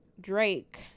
Drake